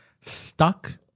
stuck